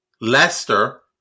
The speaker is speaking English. Leicester